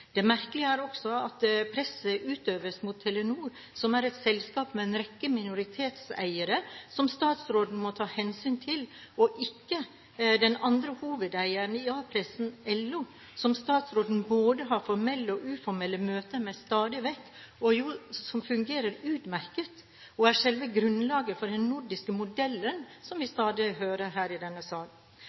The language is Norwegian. Det merkelige er også at presset utøves mot Telenor – som er et selskap med en rekke minoritetseiere som statsråden må ta hensyn til – og ikke mot den andre hovedeieren i A-pressen, LO, som statsråden stadig vekk har både formelle og uformelle møter med, og som jo fungerer «utmerket» og er selve grunnlaget for den nordiske modellen, som vi stadig hører her i denne sal.